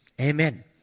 Amen